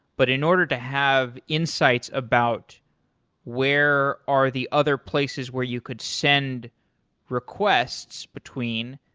but in order to have insights about where are the other places where you could send requests between,